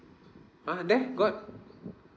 ah there got